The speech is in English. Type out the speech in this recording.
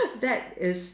that is